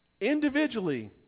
individually